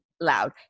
Loud